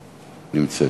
נמצאת.